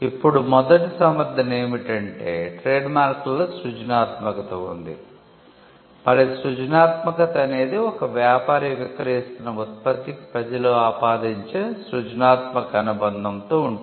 ఇప్పుడు మొదటి సమర్థన ఏమిటంటే ట్రేడ్మార్క్లలో సృజనాత్మకత ఉంది మరియు సృజనాత్మకత అనేది ఒక వ్యాపారి విక్రయిస్తున్న ఉత్పత్తికి ప్రజలు ఆపాదించే సృజనాత్మక అనుబంధముతో ఉంటుంది